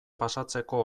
pasatzeko